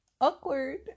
Awkward